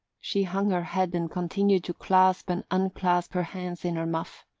she hung her head and continued to clasp and unclasp her hands in her muff.